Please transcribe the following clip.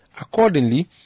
Accordingly